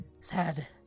sad